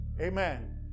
amen